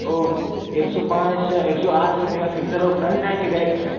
ओह एक सौ पाँच या एक सौ आठ जो मेगापिक्स़ल वह फ़्रंट है या बैक है